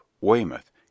weymouth